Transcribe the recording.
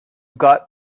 got